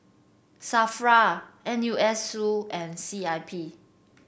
Safra N U S Su and C I P